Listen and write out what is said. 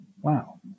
wow